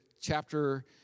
Chapter